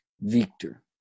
Victor